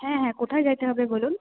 হ্যাঁ হ্যাঁ কোথায় যেতে হবে বলুন